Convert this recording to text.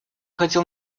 хотел